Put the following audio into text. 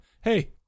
hey